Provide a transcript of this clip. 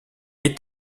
est